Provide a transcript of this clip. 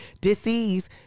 disease